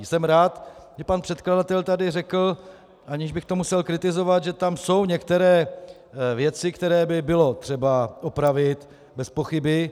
Jsem rád, že pan předkladatel tady řekl, aniž bych to musel kritizovat, že tam jsou některé věci, které by bylo třeba opravit, bezpochyby.